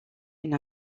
une